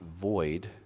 void